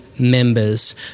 Members